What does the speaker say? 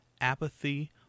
apathy